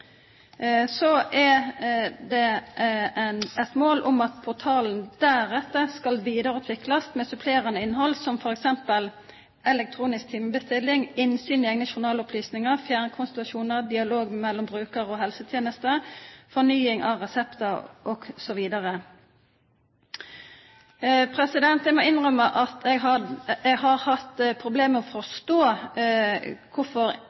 Så er det et mål at portalen deretter skal videreutvikles med supplerende innhold, som f.eks. elektronisk timebestilling, innsyn i egne journalopplysninger, fjernkonsultasjoner, dialog mellom bruker og helsetjenesten, fornying av resepter osv. Jeg må innrømme at jeg har hatt problemer med å forstå hvorfor